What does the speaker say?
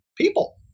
people